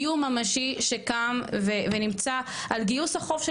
איום ממשי שקם ונמצא על גיוס החוב של